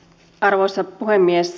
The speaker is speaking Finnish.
arvoisa puhemies